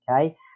okay